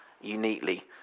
uniquely